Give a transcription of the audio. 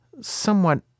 somewhat